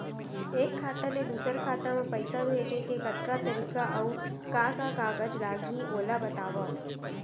एक खाता ले दूसर खाता मा पइसा भेजे के कतका तरीका अऊ का का कागज लागही ओला बतावव?